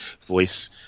voice